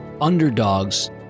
underdogs